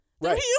Right